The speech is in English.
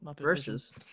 versus